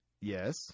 yes